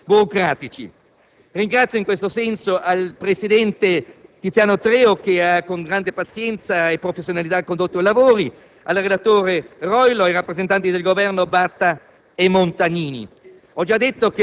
poi accolto anche questo nostro emendamento. Siamo pertanto soddisfatti che il Senato rafforzi la prevenzione per la sicurezza, auspicando di diminuire con ciò gli infortuni e le tragedie sul posto di lavoro.